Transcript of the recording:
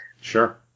Sure